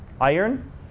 iron